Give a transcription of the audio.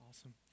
Awesome